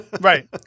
Right